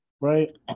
Right